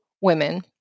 women